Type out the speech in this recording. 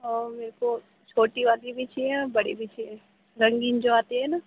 اور میرے کو چھوٹی والی بھی چاہیے اور بڑی بھی چاہیے رنگین جو آتی ہے نا